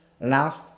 laugh